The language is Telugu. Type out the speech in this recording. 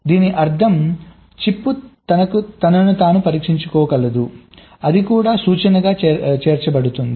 దీని అర్థం చిప్ తనను తాను పరీక్షించుకోగలదు అది కూడా సూచనగా చేర్చబడుతుంది